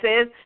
says